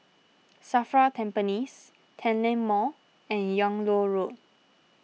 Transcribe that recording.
Safra Tampines Tanglin Mall and Yung Loh Road